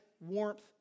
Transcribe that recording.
warmth